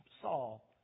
Saul